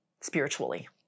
spiritually